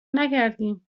نکردیم